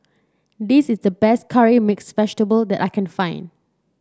this is the best Curry Mixed Vegetable that I can find